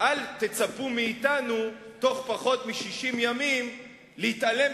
אל תצפו מאתנו בתוך פחות מ-60 ימים להתעלם